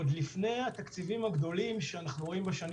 עוד לפני התקציבים הגדולים שאנחנו רואים בשנים